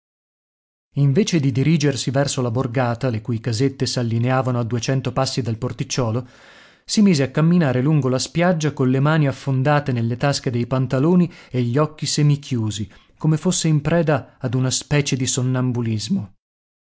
invece di dirigersi verso la borgata le cui casette s'allineavano a duecento passi dal porticciolo si mise a camminare lungo la spiaggia colle mani affondate nelle tasche dei pantaloni e gli occhi semichiusi come fosse in preda ad una specie di sonnambulismo